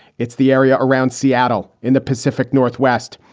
it's the area around seattle in the pacific northwest.